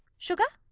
sugar?